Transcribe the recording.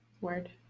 word